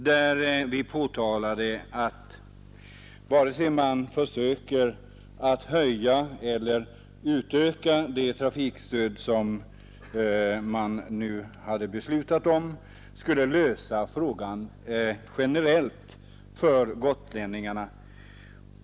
Då framhöll vi att om vi också försöker att höja eller utöka det trafikstöd vi den gången beslutade om skulle vi ändå inte lösa hela detta problem för gotlänningarna.